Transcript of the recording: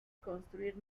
construir